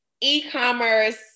e-commerce